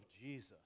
Jesus